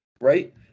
right